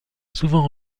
souvent